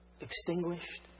extinguished